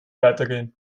weitergehen